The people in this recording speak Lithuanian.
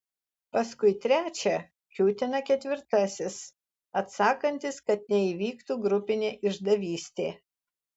paskui trečią kiūtina ketvirtasis atsakantis kad neįvyktų grupinė išdavystė